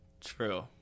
True